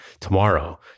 tomorrow